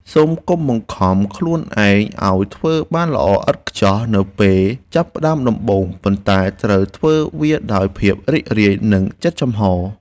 សូមកុំបង្ខំខ្លួនឯងឱ្យធ្វើបានល្អឥតខ្ចោះនៅពេលចាប់ផ្តើមដំបូងប៉ុន្តែត្រូវធ្វើវាដោយភាពរីករាយ និង ចិត្តចំហ។